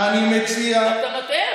אבל אתה מטעה.